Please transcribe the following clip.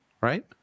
right